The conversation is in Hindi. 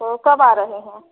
तो कब आ रहे हो